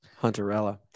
Hunterella